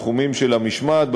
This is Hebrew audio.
בתחומים של המשמעת,